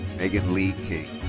meagan lee king.